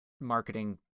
marketing